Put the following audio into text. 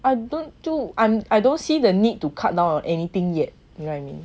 I don't too I don't see the need to cut down on anything yet you know what I mean